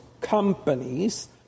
companies